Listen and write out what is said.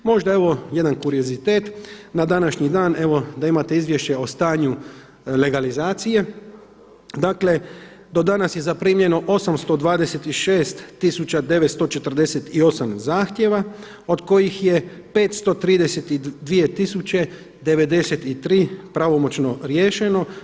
Možda evo jedan kuriozitet, na današnji dan evo da imate izvješće o stanju legalizacije dakle, do danas je zaprimljeno 826 tisuća 948 zahtjeva od kojih je 532 tisuće 93 pravomoćno riješeno.